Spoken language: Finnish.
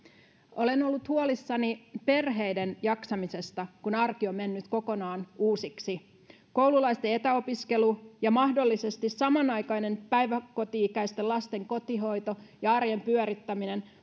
olen ollut huolissani perheiden jaksamisesta kun arki on mennyt kokonaan uusiksi koululaisten etäopiskelu ja mahdollisesti samanaikainen päiväkoti ikäisten lasten kotihoito ja arjen pyörittäminen